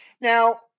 Now